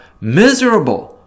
miserable